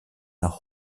nach